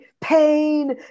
pain